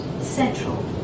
Central